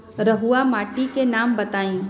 रहुआ माटी के नाम बताई?